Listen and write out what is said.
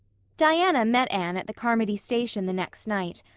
diana met anne at the carmody station the next night,